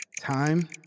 Time